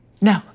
No